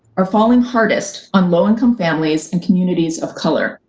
are falling hardest on low income families and communities of color.